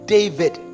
David